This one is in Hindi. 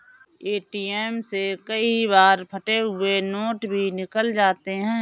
ए.टी.एम से कई बार फटे हुए नोट भी निकल जाते हैं